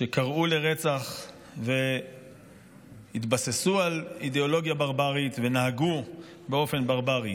שקראו לרצח והתבססו על אידיאולוגיה ברברית ונהגו באופן ברברי.